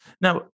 Now